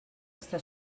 està